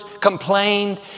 complained